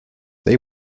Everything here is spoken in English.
they